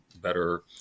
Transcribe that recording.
better